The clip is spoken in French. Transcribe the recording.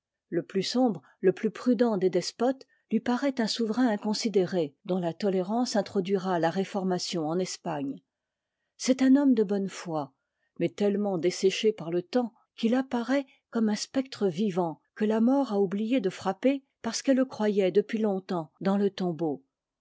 le plus sombre le plus prudent des despotes lui paraît un souverain inconsidéré dont la tolérance introduira la réformation en espagne c'est un homme de bonne foi mais tellement desséché par le temps qu'il apparaît comme un spectre vivant que ta mort a oublié de frapper parce qu'ehe le croyait depuis longtemps dans le tombeau